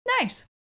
Nice